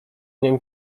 nim